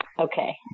Okay